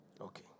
okay